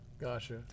Gotcha